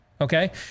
Okay